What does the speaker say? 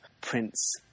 Prince